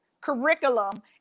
curriculum